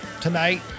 tonight